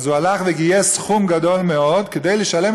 אז הוא הלך וגייס סכום גדול מאוד כדי לשלם